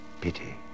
Pity